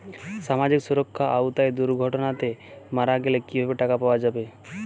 সামাজিক সুরক্ষার আওতায় দুর্ঘটনাতে মারা গেলে কিভাবে টাকা পাওয়া যাবে?